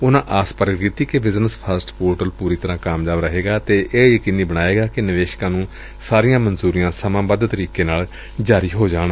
ਉਨੂਾ ਆਸ ਪ੍ਰਗਟ ਕੀਤੀ ਕਿ ਬਿਜ਼ਨਸ ਫਸਟ ਪੋਰਟਲ ਪੁਰੀ ਤਰ੍ਪਾ ਕਾਮਯਾਬ ਰਹੇਗਾ ਅਤੇ ਇਹ ਯਕੀਨੀ ਬਣਾਏਗਾ ਕਿ ਨਿਵੇਸ਼ਕਾ ਨੂੰ ਸਾਰੀਆਂ ਮਨਜੁਰੀਆਂ ਸਮਾਬੋਧ ਤਰੀਕੇ ਨਾਲ ਜਾਰੀ ਹੋਣ